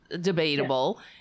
debatable